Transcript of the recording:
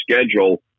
schedule